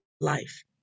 life